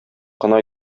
кына